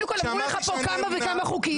אמרו לך פה כמה חוקים.